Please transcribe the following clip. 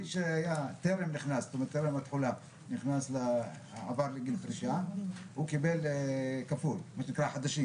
מי שטרם התחולה עבר לגיל פרישה קיבל כפול מה שנקרא החדשים